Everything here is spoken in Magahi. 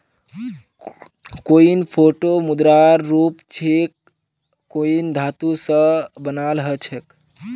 कॉइन छोटो मुद्रार रूप छेक कॉइन धातु स बनाल ह छेक